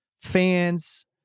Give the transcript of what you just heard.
fans